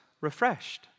refreshed